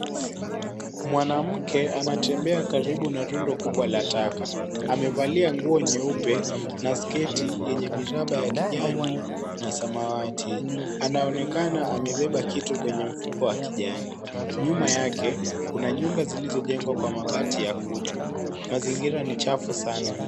Mwanamke anatembea karibu na rundo kubwa la taka . Amevalia nguo nyeupe na sketi yenye miraba ya kijani na samawati. Anaonekana amebeba kitu kwenye mfuko wa kijani. Nyuma yake, kuna nyumba zilizojengwa kwa mabati ya kutu. Mazingira ni chafu sana.